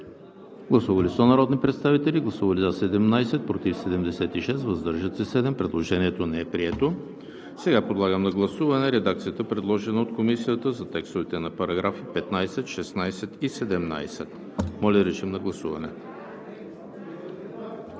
Гласували 100 народни представители: за 17, против 76, въздържали се 7. Предложението не е прието. Подлагам на гласуване редакцията, предложена от Комисията за текстовете на параграфи 15, 16 и 17. Гласували